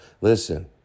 Listen